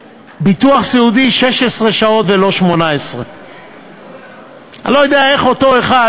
ביטוח סיעודי 16 שעות ולא 18. אני לא יודע איך אותו אחד,